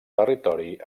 territori